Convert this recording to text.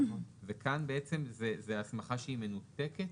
כאן בעצם זאת הסמכה שהיא מנותקת?